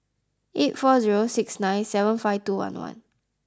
eight four zero six nine seven five two one one